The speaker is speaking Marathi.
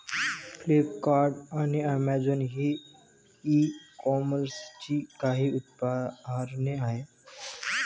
फ्लिपकार्ट आणि अमेझॉन ही ई कॉमर्सची काही उदाहरणे आहे